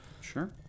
Sure